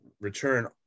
return